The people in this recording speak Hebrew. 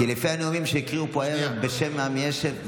כי לפי הנאומים שהקריאו פה הערב בשם עמי אשד,